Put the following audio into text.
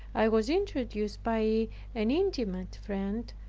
i was introduced by an intimate friend,